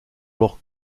leurs